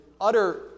utter